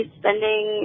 spending